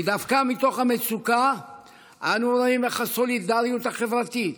כי דווקא מתוך המצוקה אנו רואים את הסולידריות החברתית,